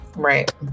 right